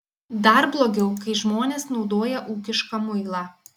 dar blogiau kai žmonės naudoja ūkišką muilą